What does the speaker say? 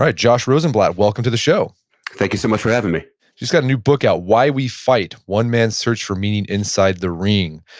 ah josh rosenblatt, welcome to the show thank you so much for having me you've just got a new book out, why we fight, one man's search for meaning inside the ring.